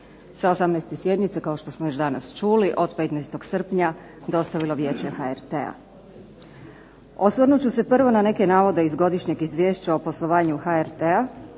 sa 18. sjednice kao što smo već danas čuli od 15. srpnja dostavilo Vijeće HRT-a. Osvrnut ću se prvo na neke navode iz Godišnjeg izvješća o poslovanju HRT-a